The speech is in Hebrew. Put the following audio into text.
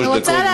היא רוצה להגיב.